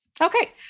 Okay